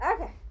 Okay